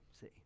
See